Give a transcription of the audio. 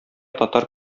татар